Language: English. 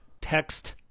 Text